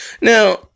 Now